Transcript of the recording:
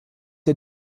der